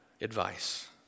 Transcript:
advice